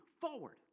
forward